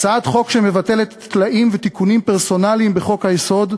הצעת חוק שמבטלת טלאים ותיקונים פרסונליים בחוק-היסוד,